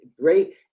great